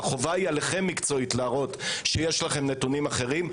והחובה היא עליכם להראות שיש לכם נתונים אחרים,